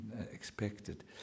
expected